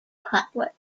pilot